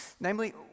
Namely